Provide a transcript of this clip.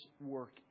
work